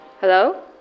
Hello